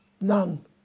None